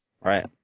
Right